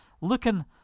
looking